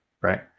Right